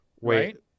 Wait